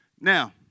Now